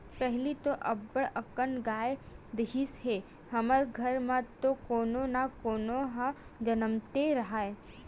पहिली तो अब्बड़ अकन गाय रिहिस हे हमर घर म त कोनो न कोनो ह जमनतेच राहय